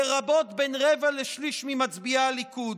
לרבות בין רבע לשליש ממצביעי הליכוד.